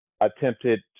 attempted